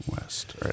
West